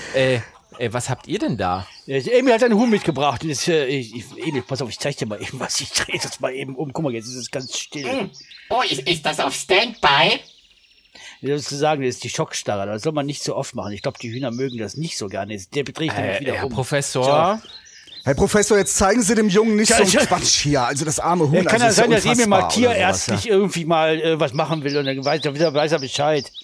Äh, äh, was habt ihr denn da? Ja, ich- Emil hat seinen Huhn mitgebracht. Und das, äh, ich- ich- Emil, pass auf, ich zeig dir mal eben was. Ich drehe das mal eben um. Guck mal, jetzt ist es ganz still. Mm. Oh, ist- ist das auf Standby? Ja, sozusagen, das ist die Schockstarre. Das soll man nicht so oft machen. Ich glaube, die Hühner mögen das nicht so gerne. Jetzt, der dreht nicht Äh, wieder Herr um. So. Professor? Herr Professor, jetzt zeigen Sie dem Jungen nicht so einen Ja, ich- Quatsch hier. Also, das arme Ja, Huhn, kann also, ja das ist ja sein, dass Emil mal unfassbar oder tierärztlich sowas, ja. irgendwie mal, äh, was machen will. Und dann weiß er- weiß er Bescheid.